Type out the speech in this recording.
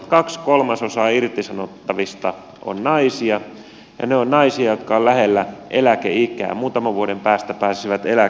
kaksi kolmasosaa irtisanottavista on naisia ja he ovat naisia jotka ovat lähellä eläkeikää muutaman vuoden päästä pääsisivät eläkkeelle